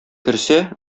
керсә